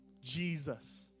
Jesus